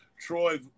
Troy